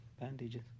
bandages